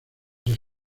tras